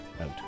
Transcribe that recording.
out